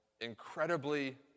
incredibly